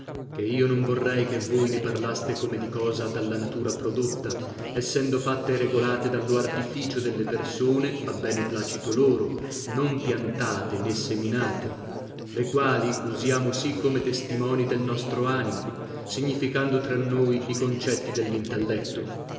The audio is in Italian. che io non vorrei che voi ne parlaste come di cosa dalla natura prodotta essendo fatte e regolate dallo artificio delle persone a bene placito loro non piantate né seminate le quali usiamo sì come testimoni del nostro animo significando tra noi i concetti dellintelletto